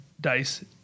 dice